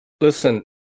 listen